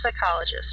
psychologist